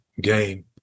game